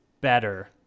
better